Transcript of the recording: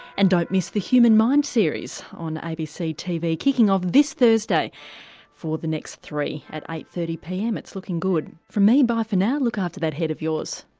and don't miss the human mind series on abc tv kicking off this thursday for the next three, at eight. thirty pm. it's looking good. from me, bye for now, look after that head of yours